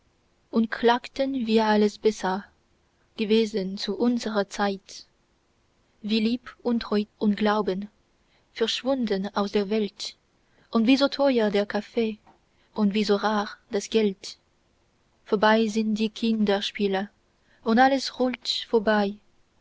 und klagten wie alles besser gewesen zu unserer zeit wie lieb und treu und glauben verschwunden aus der welt und wie so teuer der kaffee und wie so rar das geld vorbei sind die kinderspiele und alles rollt vorbei